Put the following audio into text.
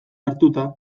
hartuta